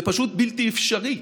זה פשוט בלתי אפשרי.